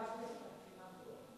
יש לי הבחינה פה.